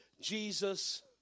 Jesus